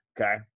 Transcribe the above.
okay